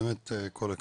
באמת כל הכבוד.